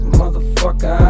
motherfucker